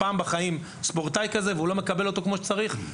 פעם בחיים והוא לא מקבל אותו כמו שצריך.